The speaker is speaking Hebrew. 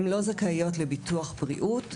הן לא זכאיות לביטוח בריאות,